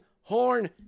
Horn